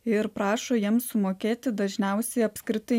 ir prašo jiems sumokėti dažniausiai apskritai